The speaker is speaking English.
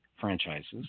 franchises